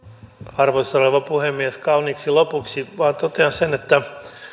arvoisa rouva puhemies kauniiksi lopuksi vain totean sen että